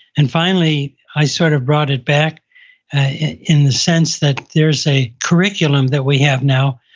and finally, i sort of brought it back in the sense that there's a curriculum that we have now,